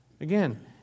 Again